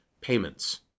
payments